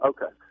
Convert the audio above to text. Okay